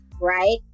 right